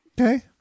Okay